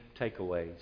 takeaways